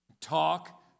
Talk